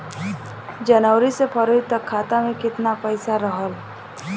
जनवरी से फरवरी तक खाता में कितना पईसा रहल?